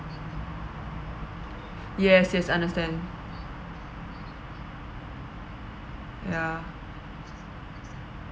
yes yes understand ya